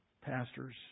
pastors